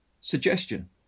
suggestion